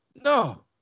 no